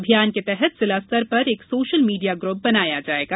अभियान के तहत जिला स्तर पर एक सोशल मीडिया ग्रुप बनाया जायेगा